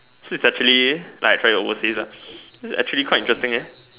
so it's actually like try overseas lah this is actually quite interesting eh